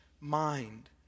mind